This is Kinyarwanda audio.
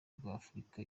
rw’afurika